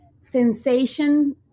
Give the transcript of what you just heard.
sensation